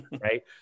Right